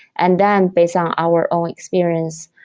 and then based on our own experience,